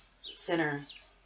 sinners